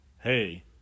hey